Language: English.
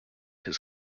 his